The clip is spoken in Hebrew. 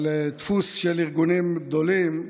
על דפוס של ארגונים גדולים,